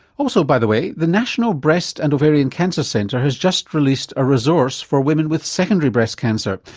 also by the way the national breast and ovarian cancer centre has just released a resource for women with secondary breast cancer.